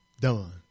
done